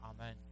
amen